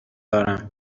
دارم